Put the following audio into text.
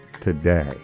today